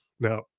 Now